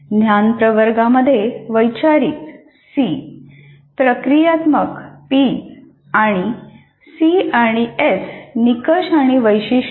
ज्ञान प्रवर्गामध्ये वैचारिक समाविष्ट आहेत